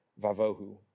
Vavohu